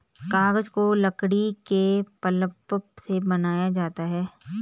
कागज को लकड़ी के पल्प से बनाया जाता है